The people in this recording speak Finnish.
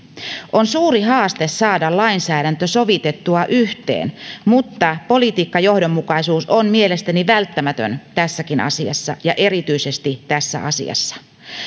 on suuri haaste saada lainsäädäntö sovitettua yhteen mutta politiikkajohdonmukaisuus on mielestäni välttämätön tässäkin asiassa ja erityisesti tässä asiassa